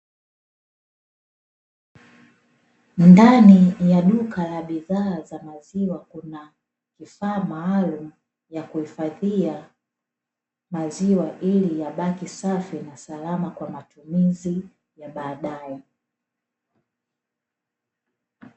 Ndani ya duka la bidhaa za maziwa kuna vifaa maalumu vya kuhifadhia maziwa, ili yabaki safi na salama kwa matumizi ya baadae.